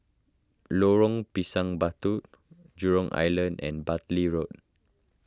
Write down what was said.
Lorong Pisang Batu Jurong Island and Bartley Road